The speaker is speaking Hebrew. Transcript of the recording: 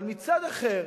אבל מצד אחר,